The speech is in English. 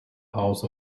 house